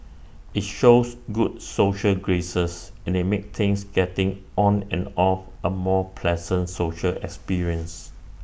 IT shows good social graces and IT makes things getting on and off A more pleasant social experience